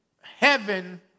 heaven